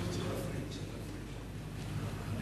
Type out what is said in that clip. הצעה רגילה של חבר הכנסת משה גפני,